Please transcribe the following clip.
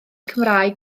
cymraeg